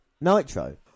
Nitro